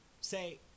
say